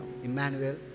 Emmanuel